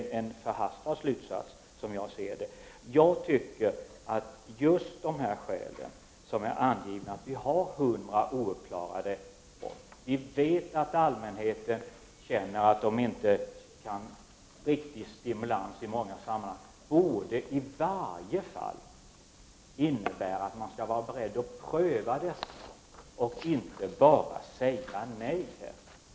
Det är som jag ser det en förhastad slutsats. Jag tycker att just de skäl som är angivna, att vi har 100 ouppklarade mord, att vi vet att allmänheten känner att man inte får tillräcklig stimulans i många sammanhang, borde i varje fall innebära att man skulle vara beredd att pröva detta och inte bara säga nej.